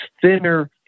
thinner